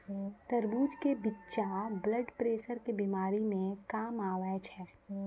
तरबूज के बिच्चा ब्लड प्रेशर के बीमारी मे काम आवै छै